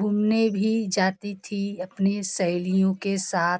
घूमने भी जाती थी अपने सहेलियों के साथ